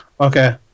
Okay